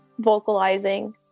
vocalizing